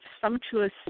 sumptuous